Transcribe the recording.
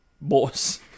Boss